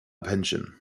pension